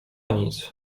nic